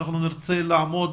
אנחנו נרצה לעמוד